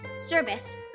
service